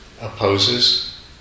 opposes